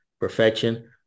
perfection